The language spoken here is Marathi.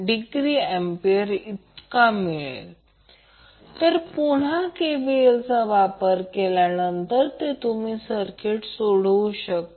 39°A तर पुन्हा KVL चा वापर केल्यावर तुम्ही सर्किट सोडवू शकता